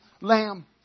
lamb